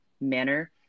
manner